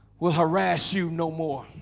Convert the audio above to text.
will harass you no more